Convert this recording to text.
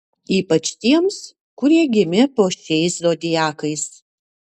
ypač tiems kurie gimė po šiais zodiakais